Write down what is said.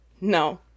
No